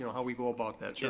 how we go about that. yeah